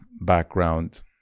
background